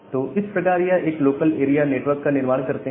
तो इस प्रकार यह एक लोकल एरिया नेटवर्क का निर्माण करते हैं